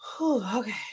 okay